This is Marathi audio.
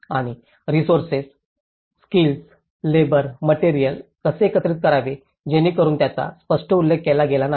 आणि रिसोर्सेस स्किल्स लॅबोअर मटेरिअल्स कसे एकत्रित करावे जेणेकरून याचा स्पष्ट उल्लेख केला गेला नाही